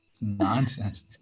nonsense